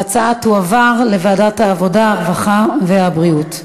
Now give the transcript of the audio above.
ההצעות תועברנה לוועדת העבודה, הרווחה והבריאות.